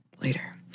later